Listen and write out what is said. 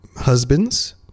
husbands